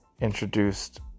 introduced